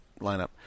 lineup